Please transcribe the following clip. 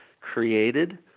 created